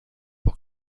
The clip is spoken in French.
pour